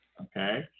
okay